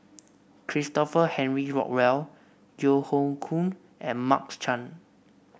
Christopher Henry Rothwell Yeo Hoe Koon and Mark Chan